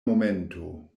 momento